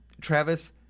Travis